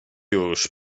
już